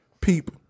Peep